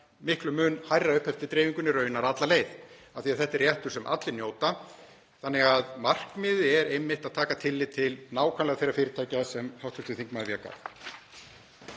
miklum mun hærra upp eftir dreifingunni, raunar alla leið, af því að þetta er réttur sem allir njóta. Þannig að markmiðið er einmitt að taka tillit til nákvæmlega þeirra fyrirtækja sem hv. þingmaður vék að.